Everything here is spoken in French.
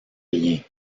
rien